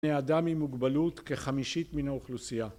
בני אדם עם מוגבלות כחמישית מן האוכלוסייה